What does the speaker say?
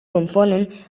componen